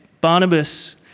Barnabas